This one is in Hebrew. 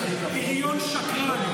תודה רבה.